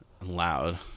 loud